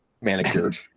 manicured